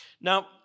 Now